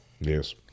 Yes